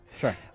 Sure